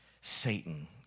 Satan